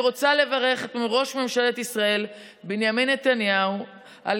אני רוצה לברך את ראש ממשלת ישראל בנימין נתניהו על